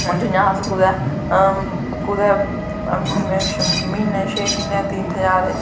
हून अस जियां कुदै कुदै म्हीने छें म्हीनें तीर्थैं जादे